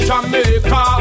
Jamaica